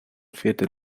viertel